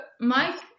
Mike